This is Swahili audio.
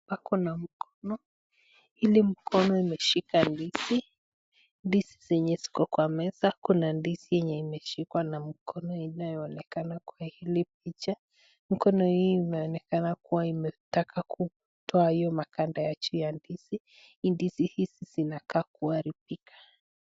Hapa kuna mkono. Ile mkono imeshika ndizi. Ndizi zenye ziko kwa meza kuna ndizi yenye imeshikwa na mkono inayoonekana kwa hili picha. Mkono hii imeonekana kuwa imetaka kutoa hiyo maganda ya juu ya ndizi. Ndizi hizi zinakaa kuharibika.